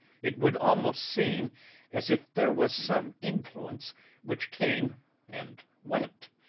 it would almost seem as if there was some influence which came and went.